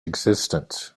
existence